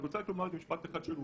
אני רוצה קודם להתייחס למשהו אחר.